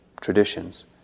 traditions